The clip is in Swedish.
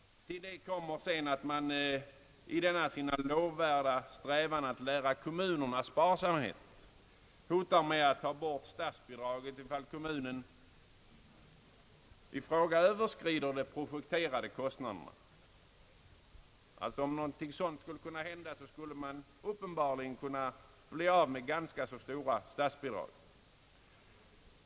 Till detta kommer att man i sin lovvärda strävan att lära kommunerna sparsamhet hotar med att ta bort statsbidragen ifall kommunen i fråga Ööverskrider de projekterade kostnaderna. Om något sådant skulle kunna hända kunde man uppenbarligen bli av med ganska stora statsbidrag.